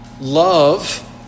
love